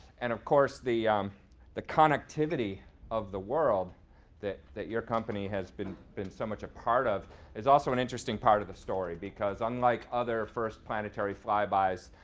and of course, the um the connectivity of the world that that your company has been been so much a part of is also an interesting part of the story because unlike other first planetary flybys,